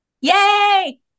Yay